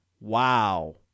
Wow